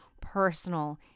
personal